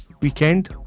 weekend